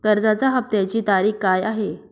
कर्जाचा हफ्त्याची तारीख काय आहे?